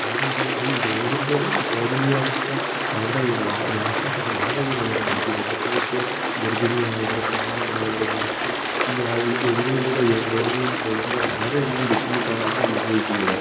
വളരെയധികമായി റോഡിന്റെ ശോചനീയ അവസ്ഥ അവരുടെ ഈ വാ ഈ യാത്രയെത്തന്നെ വളരെയധികം നന്നായിട്ട് ബാധിക്കുന്നു പ്രത്യേകിച്ച് ഗര്ഭിണിയായവര് പ്രായമായവരെ കൊണ്ടൊക്കെ ഈ ഈ വഴികളിലൂടെ ഈ റോഡുകളിൽ പോകുമ്പളും വളരെയധികം ബുദ്ധിമുട്ടാണവരനുഭവിക്കുന്നത്